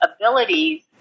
abilities